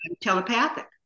telepathic